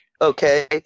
Okay